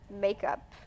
makeup